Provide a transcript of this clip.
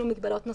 לא.